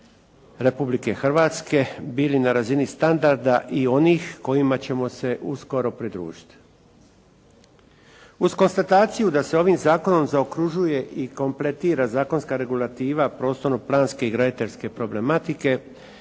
Republike Hrvatske bili na razini standarda i onih kojima ćemo se uskoro pridružiti. Uz konstataciju da se ovim zakonom zaokružuje i kompletira zakonska regulativa prostorno planske i graditeljske problematike,